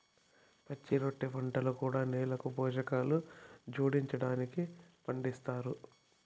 పచ్చిరొట్ట పంటలు కూడా నేలకు పోషకాలు జోడించడానికి పండిస్తారు